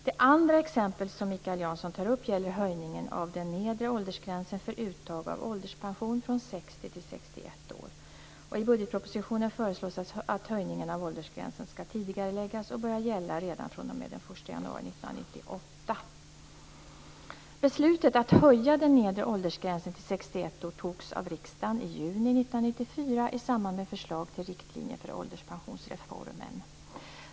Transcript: Det andra exemplet som Mikael Janson tar upp gäller höjningen av den nedre åldersgränsen för uttag av ålderspension från 60 till 61 år. I budgetpropositionen föreslås att höjningen av åldersgränsen skall tidigareläggas och börja gälla redan fr.o.m. den 1 Beslutet att höja den nedre åldersgränsen till 61 år fattades av riksdagen i juni 1994, i samband med förslag till riktlinjer för ålderspensionsreformen.